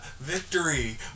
victory